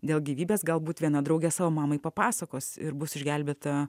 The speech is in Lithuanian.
dėl gyvybės galbūt viena draugė savo mamai papasakos ir bus išgelbėta